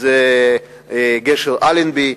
שזה גשר אלנבי,